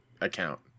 account